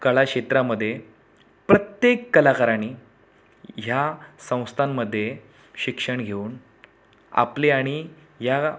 कला क्षेत्रामध्ये प्रत्येक कलाकारांनी ह्या संस्थांमध्ये शिक्षण घेऊन आपले आणि या